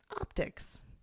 optics